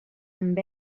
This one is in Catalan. amb